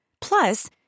Plus